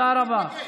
תודה רבה.